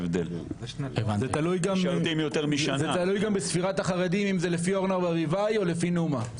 זה תלוי גם בספירת החרדים אם זה לפי אורנה ברביבאי או לפי נומה.